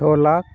ᱪᱷᱚ ᱞᱟᱠᱷ